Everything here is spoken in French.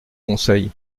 conseil